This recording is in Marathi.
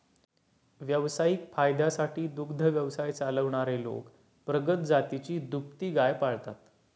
व्यावसायिक फायद्यासाठी दुग्ध व्यवसाय चालवणारे लोक प्रगत जातीची दुभती गाय पाळतात